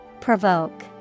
Provoke